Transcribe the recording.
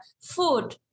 food